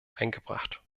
eingebracht